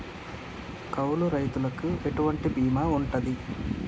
కౌలు రైతులకు ఎటువంటి బీమా ఉంటది?